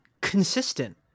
consistent